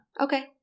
Okay